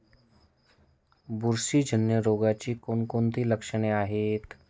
बुरशीजन्य रोगाची कोणकोणती लक्षणे आहेत?